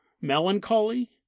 melancholy